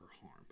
harm